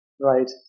Right